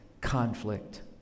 conflict